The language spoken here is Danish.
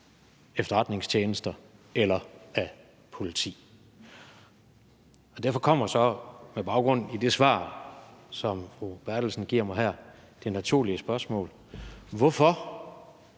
efterretningstjenester eller af politi, og derfor kommer så med baggrund i det svar, som fru Anne Valentina Berthelsen giver mig her, det naturlige spørgsmål: Hvorfor